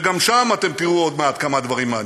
שגם שם אתם תראו עוד מעט כמה דברים מעניינים.